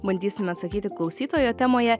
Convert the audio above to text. bandysime atsakyti klausytojo temoje